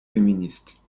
féministes